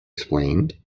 explained